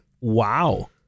Wow